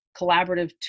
collaborative